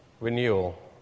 renewal